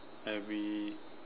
every